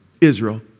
Israel